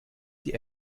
die